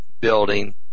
building